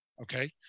Okay